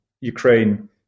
Ukraine